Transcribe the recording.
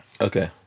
Okay